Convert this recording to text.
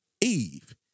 Eve